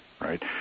right